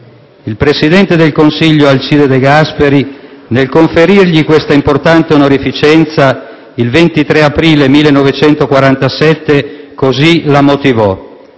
Il presidente del Consiglio Alcide De Gasperi, nel conferirgli questa importante onorificenza il 23 aprile 1947, così la motivò: